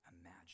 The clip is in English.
imagine